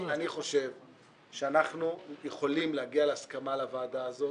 חושב שאנחנו יכולים להגיע להסכמה לוועדה הזאת